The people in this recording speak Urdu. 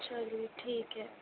چلیے ٹھیک ہے